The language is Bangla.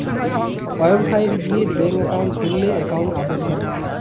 ওয়েবসাইট গিয়ে ব্যাঙ্ক একাউন্ট খুললে একাউন্ট আপডেট করে